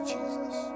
Jesus